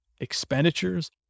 expenditures